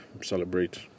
celebrate